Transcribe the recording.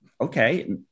Okay